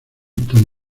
tan